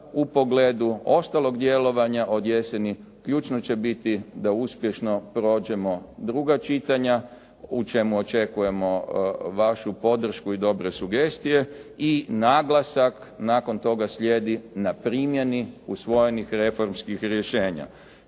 u pogledu ostalog djelovanja od jeseni ključno će biti da uspješno prođemo druga čitanja u čemu očekujemo vašu podršku i dobre sugestije. I naglasak nakon toga slijedi na primjeni usvojenih reformskih rješenja.